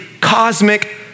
cosmic